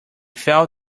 felt